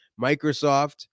Microsoft